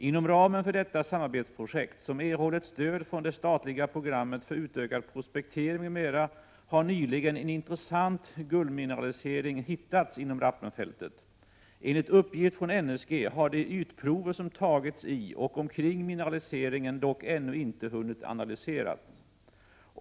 Inom ramen för detta samarbetsprojekt, som erhållit stöd från det statliga programmet för utökad prospektering m.m., har nyligen en intressant guldmineralisering hittats inom Rappenfältet. Enligt uppgift från NSG har de ytprover som tagits i och omkring mineraliseringen dock ännu inte hunnit analyseras.